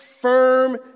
firm